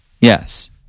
Yes